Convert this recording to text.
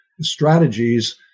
strategies